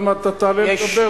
עוד מעט אתה תעלה לדבר,